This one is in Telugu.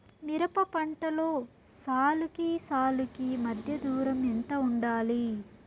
మిరప పంటలో సాలుకి సాలుకీ మధ్య దూరం ఎంత వుండాలి?